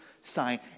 sign